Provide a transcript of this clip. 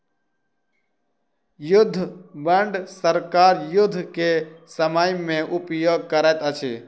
युद्ध बांड सरकार युद्ध के समय में उपयोग करैत अछि